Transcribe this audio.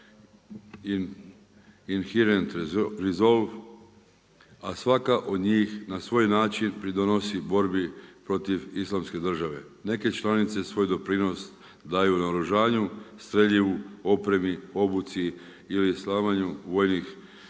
a svaka od njih na svoj način pridonosi borbi protiv Islamske države. Neke članice svoj doprinos daju naoružanju, streljivu, opremi, obuci ili slanju vojnih